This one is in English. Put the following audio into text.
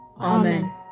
Amen